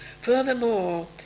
Furthermore